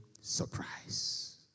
surprise